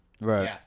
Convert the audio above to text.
Right